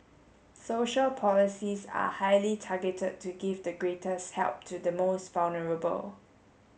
social policies are highly targeted to give the greatest help to the most vulnerable